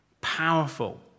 Powerful